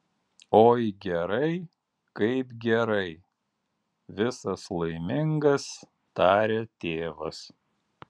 oi gerai kaip gerai visas laimingas taria tėvas